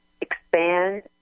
expand